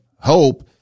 hope